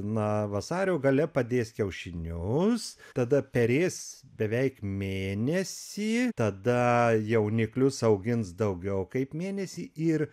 na vasario gale padės kiaušinius tada perės beveik mėnesį tada jauniklius augins daugiau kaip mėnesį ir